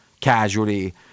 casualty